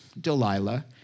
Delilah